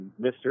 Mr